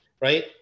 right